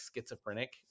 schizophrenic